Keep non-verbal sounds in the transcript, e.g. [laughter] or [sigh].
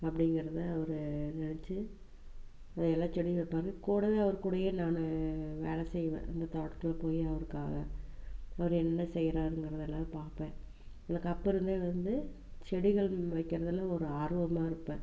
அப்படிங்குறத அவர் நினச்சு [unintelligible] எல்லாம் செடியும் வைப்பார் கூட அவர் கூட நான் வேலை செய்வேன் அந்த தோட்டத்தில் போய் அவருக்காக அவர் என்ன செய்யிறாருங்கிறதெல்லாம் பார்ப்பேன் எனக்கு அப்போருந்தே வந்து செடிகள் வைக்கிறதில் ஒரு ஆர்வமாக இருப்பேன்